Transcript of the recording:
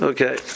Okay